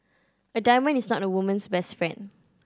a diamond is not a woman's best friend